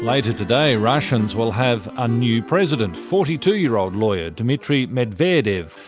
later today russians will have a new president, forty two year old lawyer dmitry medvedev,